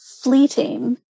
fleeting